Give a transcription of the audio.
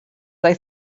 they